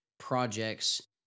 projects